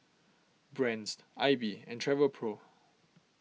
Brand's Aibi and Travelpro